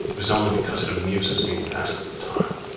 it is only because it amuses me and passes the time.